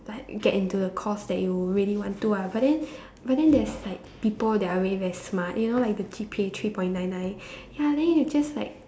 like get into a course that you really want to ah but then but then there's like people that are really very smart you know like the G_P_A three point nine nine ya then you just like